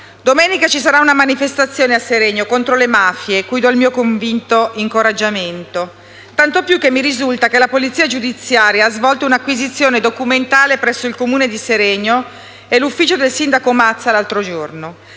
Seregno, ci sarà una manifestazione contro le mafie, cui do il mio convinto incoraggiamento, tanto più che mi risulta che la polizia giudiziaria, l'altro giorno, ha svolto un'acquisizione documentale presso il Comune di Seregno e l'ufficio del sindaco Mazza. Per questo